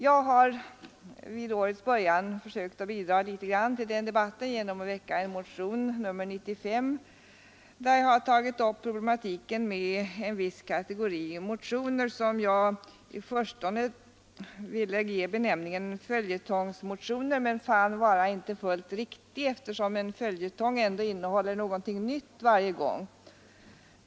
Jag har vid årets början försökt bidra till den debatten genom att väcka motionen 95, där jag tagit upp problematiken med en viss kategori motioner. I förstone ville jag ge dem benämningen följetongsmotioner. Jag fann emellertid att den benämningen inte var riktig, eftersom en följetong ändå innehåller något nytt varje gång.